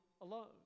alone